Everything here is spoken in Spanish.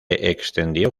extendió